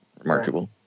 remarkable